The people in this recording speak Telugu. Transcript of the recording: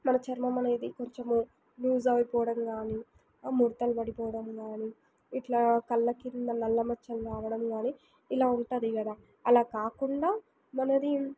మన చర్మమనేది కొంచెం లూస్ అయిపోవడం గానీ ముడతలు పడిపోవడం గానీ ఇట్లా కళ్ళ కింద నల్ల మచ్చలు రావడం గానీ ఇలా ఉంటుంది కదా అలా కాకుండా మనది